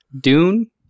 Dune